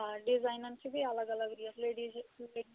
آ ڈِزاینَن چھِ بیٚیہِ الگ الگ ریٹ لیڈیٖز